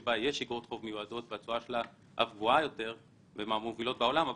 שבה יש אגרות חוב מיועדות שהתשואה שלה אף גבוהה יותר ומהמובילות בעולם,